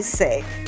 safe